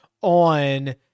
on